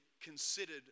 considered